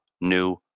new